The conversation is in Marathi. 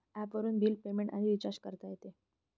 ॲपवरून बिल पेमेंट आणि रिचार्ज करता येते